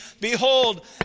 Behold